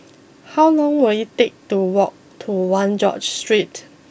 how long will it take to walk to one George Street